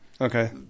Okay